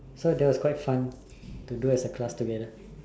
so that was quite fun to do as a class together